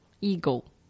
eagle